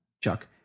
Chuck